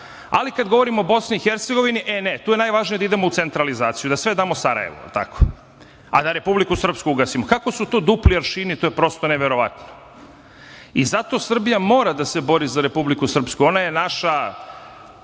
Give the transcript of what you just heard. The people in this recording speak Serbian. ali kada govorimo o BiH - ne, tu je najvažnije da idemo u centralizaciju i da sve damo Sarajevu. Jel tako, a da Republiku Srpsku ugasimo? Kako su to dupli aršini - prosto neverovatno. Zato Srbija mora da se bori za Republiku Srpsku. Ona je naša